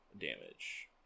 damage